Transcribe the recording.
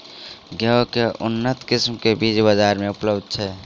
गेंहूँ केँ के उन्नत किसिम केँ बीज बजार मे उपलब्ध छैय?